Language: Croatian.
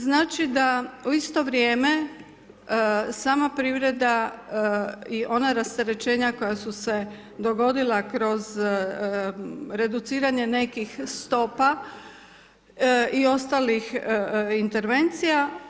Znači da u isto vrijeme sama privreda i ona rasterećenja koja su se dogodila kroz reduciranje nekih stopa i ostalih intervencija.